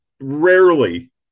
Rarely